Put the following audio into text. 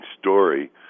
story